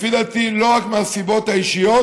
לפי דעתי לא רק מהסיבות האישיות,